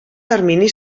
termini